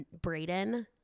Brayden